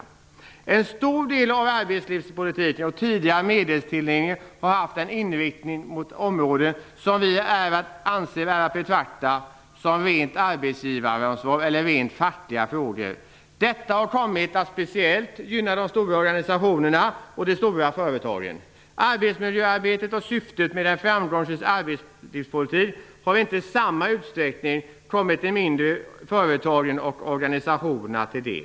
En stor del av arbetslivspolitiken och den tidigare medelstilldelningen har haft en inriktning mot områden som vi anser är att betrakta som rent arbetsgivaransvar eller rent fackliga frågor. Detta har kommit att speciellt gynna de stora organisationerna och de stora företagen. Arbetsmiljöarbetet och syftet med en framgångsrik arbetslivspolitik har inte i samma utsträckning kommit de mindre företagen och organisationerna till del.